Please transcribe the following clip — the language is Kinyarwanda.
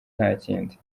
ntakindi